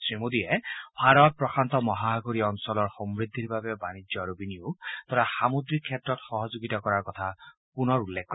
শ্ৰীমোদীয়ে ভাৰত প্ৰশান্ত মহাসাগৰ অঞ্চলৰ সমূদ্ধিৰ বাবে বানিজ্য তথা বিনিয়োগ আৰু সামুদ্ৰিক ক্ষেত্ৰত সহযোগিতা কৰাৰ কথা পুনৰ উল্লেখ কৰে